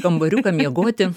kambariuką miegoti